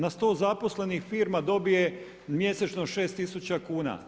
Na 100 zaposlenih firma dobije mjesečno 6 tisuća kuna.